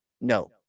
no